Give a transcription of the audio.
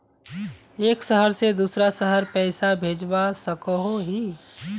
एक शहर से दूसरा शहर पैसा भेजवा सकोहो ही?